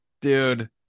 dude